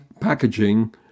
packaging